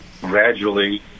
gradually